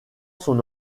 son